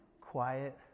Quiet